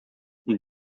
und